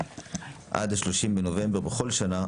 עד 30 בנובמבר בכל שנה,